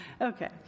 Okay